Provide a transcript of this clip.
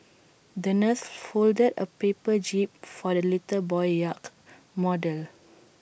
the nurse folded A paper jib for the little boy's yacht model